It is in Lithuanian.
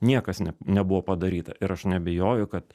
niekas net nebuvo padaryta ir aš neabejoju kad